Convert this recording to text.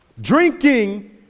Drinking